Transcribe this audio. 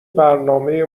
برنامه